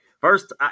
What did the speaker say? First